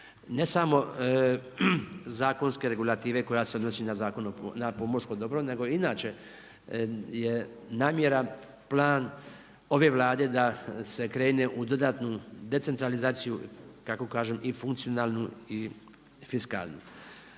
Ne samo zakonske regulative koja se odnosi na Zakon o, na pomorsko dobro nego i inače je namjera, plan ove Vlade da se krene u dodatnu decentralizaciju kako kažem i funkcionalnu i fiskalnu.